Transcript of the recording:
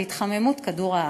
להתחממות כדור-הארץ.